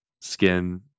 skin